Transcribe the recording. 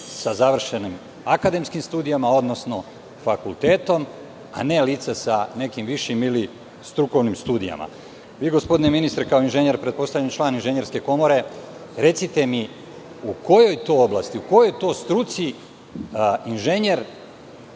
sa završenim akademskim studijama, odnosno fakultetom, a ne lica sa nekim višim ili strukovnim studijama. Gospodine ministre, vi kao inženjer, pretpostavljam kao član Inženjerske komore, recite mi u kojoj to oblasti, u kojoj to struci lice